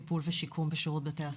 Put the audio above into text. טיפול ושיקום בשירות בתי הסוהר.